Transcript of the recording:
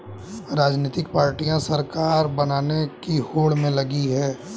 राजनीतिक पार्टियां सरकार बनाने की होड़ में लगी हैं